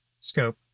scope